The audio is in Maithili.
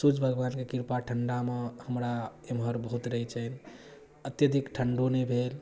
सूर्य भगबानके कृपा ठण्डामे हमरा एम्हर बहुत रहै छनि अत्यधिक ठण्डो नहि भेल